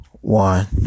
one